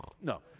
No